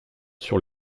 sur